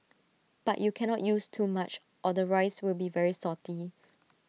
but you cannot use too much or the rice will be very salty